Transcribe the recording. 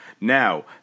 Now